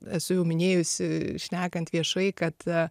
esu jau minėjusi šnekant viešai kad